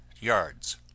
yards